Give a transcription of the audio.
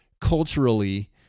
culturally